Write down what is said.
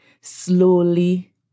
slowly